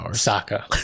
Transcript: Saka